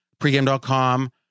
pregame.com